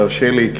תרשה לי,